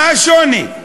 מה השוני?